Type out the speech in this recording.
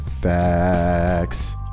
Facts